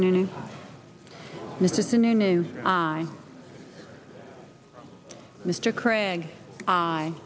news this is a new news i mr craig i